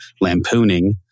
lampooning